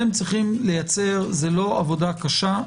זו לא עבודה קשה.